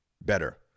better